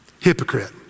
hypocrite